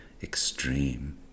extreme